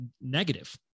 negative